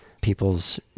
people's